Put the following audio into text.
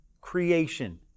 creation